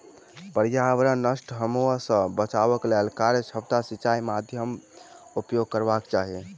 पर्यावरण नष्ट होमअ सॅ बचैक लेल कार्यक्षमता सिचाई माध्यमक उपयोग करबाक चाही